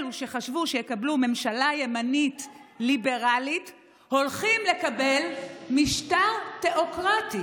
אלו שחשבו שיקבלו ממשלה ימנית ליברלית הולכים לקבל משטר תיאוקרטי.